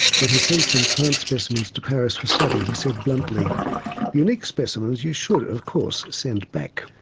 when he sent some plant specimens to paris for study, he said bluntly unique specimens you should of course send back.